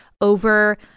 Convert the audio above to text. over